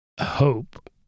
hope